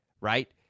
right